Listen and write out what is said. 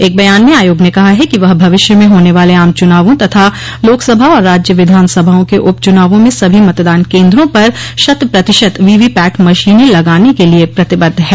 एक बयान में आयोग ने कहा है कि वह भविष्य में होने वाले आम चनावों तथा लोकसभा और राज्य विधानसभाओं के उपचुनावों में सभी मतदान केन्द्रों पर शत प्रतिशत वीवीपैट मशीनें लगाने के लिए प्रतिबद्व है